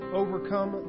overcome